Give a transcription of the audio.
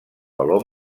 valor